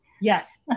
yes